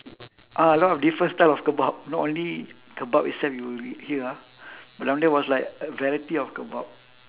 ah a lot of different style of kebab not only kebab itself you eat here ah but down there was like a variety of kebab